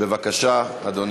בבקשה, אדוני.